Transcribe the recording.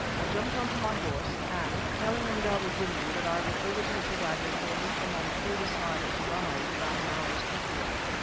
i jumped on to my horse, and, telling indaba-zimbi that i would overtake the waggons or meet them on the further side of a rise about an hour's trek away,